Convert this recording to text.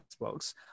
xbox